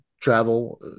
travel